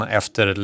efter